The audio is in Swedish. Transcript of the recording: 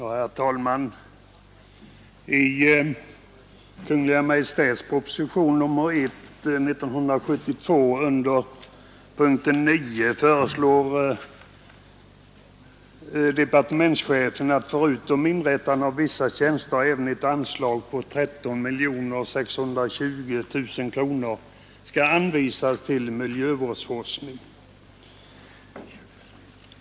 Herr talman! I Kungl. Maj:ts proposition nr 1 år 1972, bil. 11 punkten H 9, föreslår departementschefen, förutom inrättande av vissa tjänster, att ett anslag på 13 620 000 kronor skall utgå till miljövårds forskning.